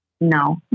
No